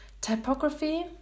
Typography